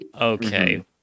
Okay